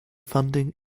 funding